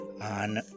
on